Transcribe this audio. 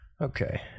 Okay